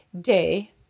day